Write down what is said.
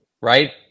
Right